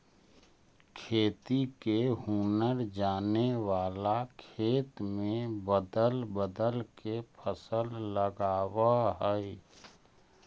खेती के हुनर जाने वाला खेत में बदल बदल के फसल लगावऽ हइ